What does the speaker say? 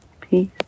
peace